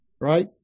right